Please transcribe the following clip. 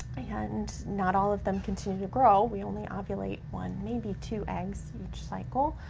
and not all of them continue to grow. we only um ovulate one, maybe two eggs, each cycle.